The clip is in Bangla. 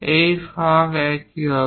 এই ফাঁক একই হবে